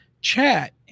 chat